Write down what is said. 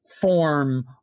form